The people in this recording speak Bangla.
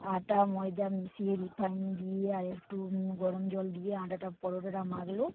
আটা ময়দা মিশিয়ে রিফাইন্ড দিয়ে আর একটু গরম জল দিয়ে আটাটা পরোটাটা মাখলেও